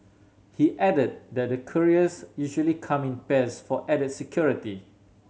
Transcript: he added that the couriers usually come in pairs for added security